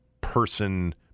person